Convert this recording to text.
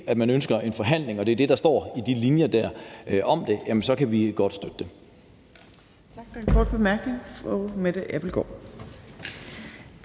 at man ønsker en forhandling – og det er det, der står i de linjer om det – så kan vi godt støtte det.